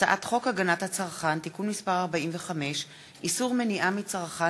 הצעת חוק הגנת הצרכן (תיקון מס' 45) (איסור מניעה מצרכן